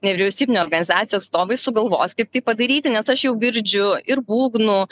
nevyriausybinių organizacijų atstovai sugalvos kaip tai padaryti nes aš jau girdžiu ir būgnų